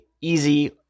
easy